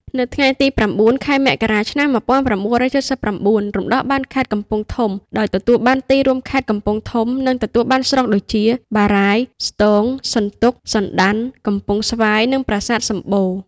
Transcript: នៅថ្ងៃទី ០៩ ខែមករា ឆ្នាំ ១៩៧៩ រំដោះបានខេត្តកំពង់ធំ ដោយទទួលបានទីរួមខេត្ត កំពង់ធំ និងទទួលបានស្រុកដូចជា បារាយណ៍ ស្ទោង សន្ទុក សណ្តាន់ កំពង់ស្វាយ និងប្រាសាទសំបូរ។